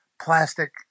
plastic